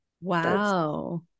wow